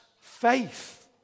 faith